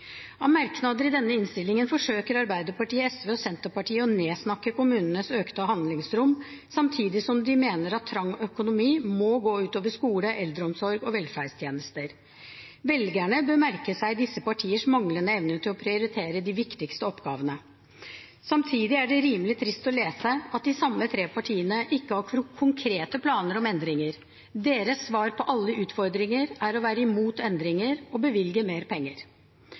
av kommunene har hatt bedre driftsresultater i snitt de fire siste årene enn i den foregående fireårsperioden. Omtrent like mange har større buffer i driftsregnskapet. I merknader i denne innstillingen forsøker Arbeiderpartiet, SV og Senterpartiet å nedsnakke kommunenes økte handlingsrom, samtidig som de mener at trang økonomi må gå ut over skole, eldreomsorg og velferdstjenester. Velgerne bør merke seg disse partienes manglende evne til å prioritere de viktigste oppgavene. Samtidig er det rimelig trist å lese at de samme tre partiene ikke har konkrete planer om